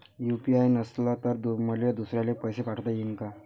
UPI नसल तर मले दुसऱ्याले पैसे पाठोता येईन का?